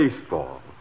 baseball